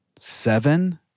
seven